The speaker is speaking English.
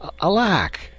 alack